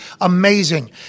amazing